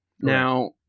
Now